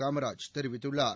காமராஜ் தெரிவித்துள்ளார்